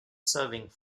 serving